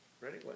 Ready